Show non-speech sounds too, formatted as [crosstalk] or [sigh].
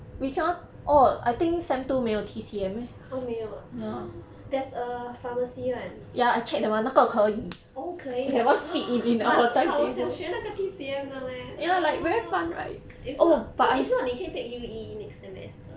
!huh! 没有 ah [breath] there's a pharmacy [one] oh 可以 ah [breath] but but 我想学那个 T_C_M 的 leh if not no if not 你可以 take U_E next semester